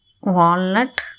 walnut